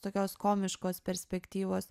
tokios komiškos perspektyvos